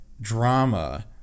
drama